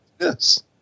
Yes